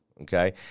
okay